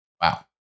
Wow